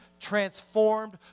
transformed